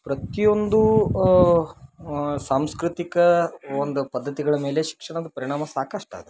ಪ್ರತಿಯೊಂದು ಸಾಂಸ್ಕೃತಿಕ ಒಂದು ಪದ್ಧತಿಗಳ ಮೇಲೆ ಶಿಕ್ಷಣದ ಪರಿಣಾಮ ಸಾಕಷ್ಟು ಅದ